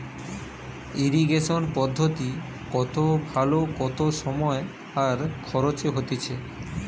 irrigation পদ্ধতি কত ভালো কম সময় আর খরচে হতিছে